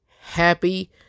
happy